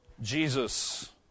Jesus